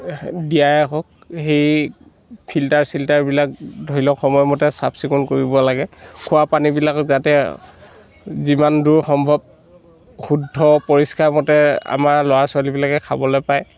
দিয়াই হওঁক সেই ফিল্টাৰ চিল্টাৰবিলাক ধৰি লওক সময়মতে চাফ চিকুণ কৰিব লাগে খোৱা পানীবিলাকত যাতে যিমান দূৰ সম্ভৱ শুদ্ধ পৰিষ্কাৰ মতে আমাৰ ল'ৰা ছোৱালীবিলাকে খাবলৈ পায়